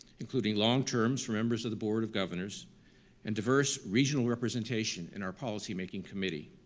including long terms for members of the board of governors and diverse regional representation in our policymaking committee.